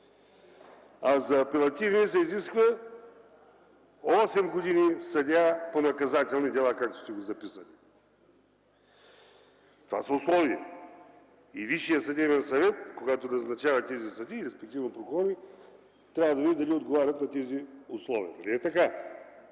За апелативния се изисква 8 години съдия по наказателни дела, както сте го записали. Това са условията! Висшият съдебен съвет, когато назначава тези съдии, респективно прокурори, трябва да види, дали отговарят на тези условия. Нали е така?!